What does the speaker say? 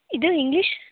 ಇದು ಇಂಗ್ಲಿಷ್